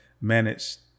managed